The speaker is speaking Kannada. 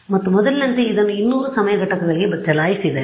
ಮತ್ತು ಮೊದಲಿನಂತೆ ಇದನ್ನು 200 ಸಮಯ ಘಟಕಗಳಿಗೆ ಚಲಾಯಿಸಿದರೆ